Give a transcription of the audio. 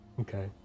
Okay